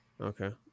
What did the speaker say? Okay